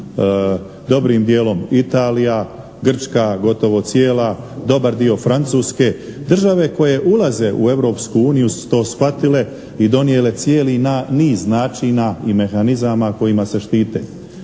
Dobrim dijelom, Italija, Grčka gotovo cijela, dobar dio Francuske. Države koje ulaze u Europsku uniju su to shvatile i donijele cijeli niz načina i mehanizama kojima se štite.